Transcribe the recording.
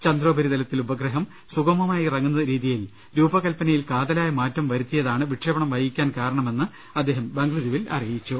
ചന്ദ്രോപരിതലത്തിൽ ഉപഗ്രഹം സുഗമമായി ഇറങ്ങുന്ന രീതി യിൽ രൂപകല്പനയിൽ കാതലായ മാറ്റം വരുത്തിയതാണ് വിക്ഷേ പണം വൈകിക്കാൻ കാരണമെന്ന് അദ്ദേഹം ബംഗളുരുവിൽ അറി യിച്ചു